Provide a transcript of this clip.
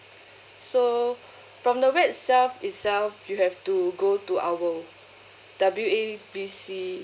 so from the web itself itself you have to go to our W A B C